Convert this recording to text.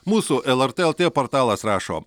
mūsų lrt lt portalas rašo